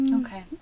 okay